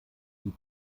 die